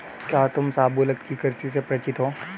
क्या तुम शाहबलूत की कृषि से परिचित हो?